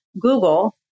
Google